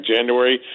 January